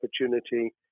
opportunity